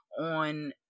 on